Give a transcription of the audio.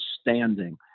standing